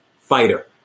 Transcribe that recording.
fighter